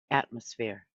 atmosphere